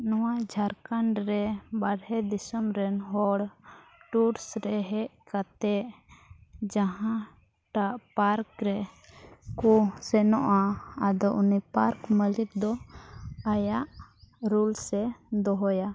ᱱᱚᱣᱟ ᱡᱷᱟᱲᱠᱷᱚᱸᱰ ᱨᱮ ᱵᱟᱨᱦᱮ ᱫᱤᱥᱚᱢ ᱨᱮᱱ ᱦᱚᱲ ᱴᱩᱨᱥ ᱨᱮ ᱦᱮᱡ ᱠᱟᱛᱮ ᱡᱟᱦᱟᱴᱟᱜ ᱯᱟᱨᱠ ᱨᱮ ᱠᱚ ᱥᱮᱱᱚᱜᱼᱟ ᱟᱫᱚ ᱩᱱᱤ ᱯᱟᱨᱠ ᱢᱟᱹᱞᱤᱠ ᱫᱚ ᱟᱭᱟᱜ ᱨᱩᱞᱥ ᱮ ᱫᱚᱦᱚᱭᱟ